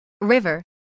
River